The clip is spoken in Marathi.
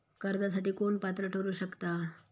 कर्जासाठी कोण पात्र ठरु शकता?